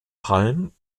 palm